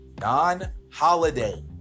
non-holiday